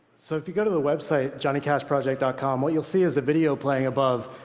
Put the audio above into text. so if you go to the website johnnycashproject ah com, what you'll see is the video playing above.